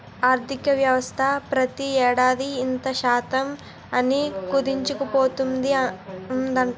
ఆర్థికవ్యవస్థ ప్రతి ఏడాది ఇంత శాతం అని కుదించుకుపోతూ ఉందట